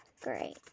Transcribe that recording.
great